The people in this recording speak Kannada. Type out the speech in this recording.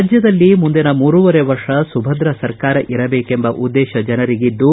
ರಾಜ್ಜದಲ್ಲಿ ಮುಂದಿನ ಮೂರುವರೆ ವರ್ಷ ಸುಭದ್ರ ಸರ್ಕಾರ ಇರಬೇಕೆಂಬ ಉದ್ದೇಶ ಜನರಿಗಿದ್ದು